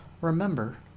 remember